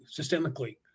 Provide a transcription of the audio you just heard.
systemically